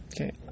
Okay